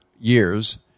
years